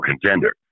contender